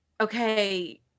okay